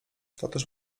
toteż